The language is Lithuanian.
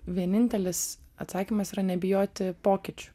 vienintelis atsakymas yra nebijoti pokyčių